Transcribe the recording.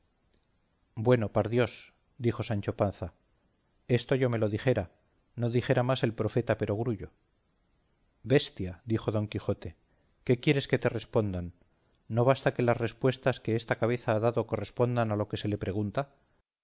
bueno par dios dijo sancho panza esto yo me lo dijera no dijera más el profeta perogrullo bestia dijo don quijote qué quieres que te respondan no basta que las respuestas que esta cabeza ha dado correspondan a lo que se le pregunta